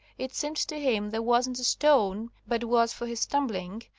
it seemed to him there wasn't a stone but was for his stumbling,